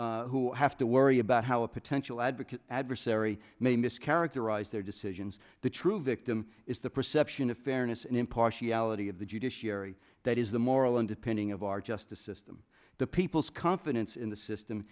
who have to worry about how a potential advocate adversary may mis characterize their decisions the true victim is the perception of fairness and impartiality of the judiciary that is the moral underpinning of our justice system the people's confidence in the system